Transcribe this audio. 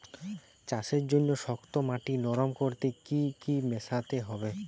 চাষের জন্য শক্ত মাটি নরম করতে কি কি মেশাতে হবে?